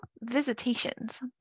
visitations